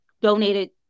donated